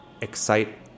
excite